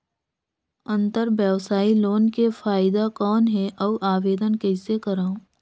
अंतरव्यवसायी लोन के फाइदा कौन हे? अउ आवेदन कइसे करव?